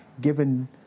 Given